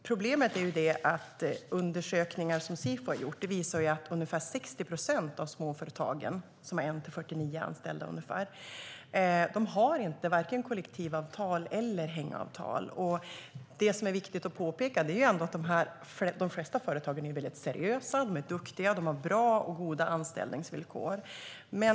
Problemet är att undersökningar som Sifo har gjort visar att ungefär 60 procent av småföretagen - de som har 1-49 anställda - inte har vare sig kollektivavtal eller hängavtal. Det som är viktigt att påpeka är att de flesta av dessa företag är väldigt seriösa. De är duktiga och har bra och goda anställningsvillkor.